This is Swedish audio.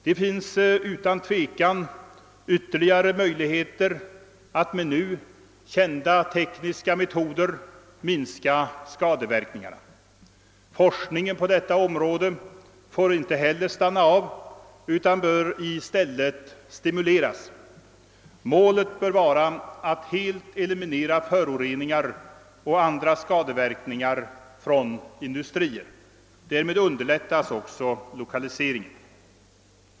Det finns utan tvivel ytterligare möjligheter att med nu kända tekniska metoder minska skadeverkningarna. Forskningen på detta område får inte heller stanna av, utan bör i stället stimuleras. Målet bör vara att helt eliminera föroreningar och andra skadeverkningar från industrier. Därmed underlättas också lokaliseringen.